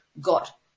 got